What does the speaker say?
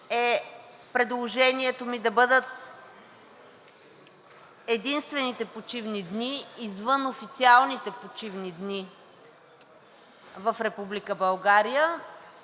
е предложението ми да бъдат единствените почивни дни извън официалните почивни дни в